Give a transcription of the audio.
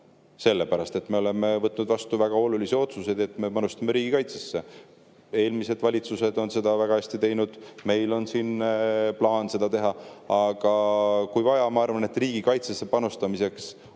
selles olukorras. Me oleme võtnud vastu väga olulisi otsuseid, et me panustame riigikaitsesse. Eelmised valitsused on seda väga hästi teinud ja meil on plaan seda teha, aga kui on vaja riigikaitsesse panustamiseks osta